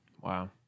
Wow